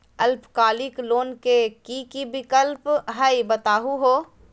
अल्पकालिक लोन के कि कि विक्लप हई बताहु हो?